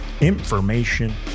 Information